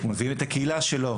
הוא מביא את הקהילה שלו,